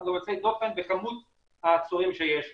אנחנו גם יוצאי דופן בכמות האסירים שיש לנו,